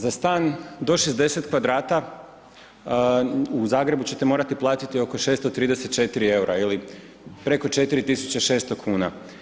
Za stan do 60 kvadrata u Zagrebu ćete morati platiti oko 634 eura ili preko 4600 kn.